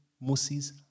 Moses